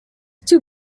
two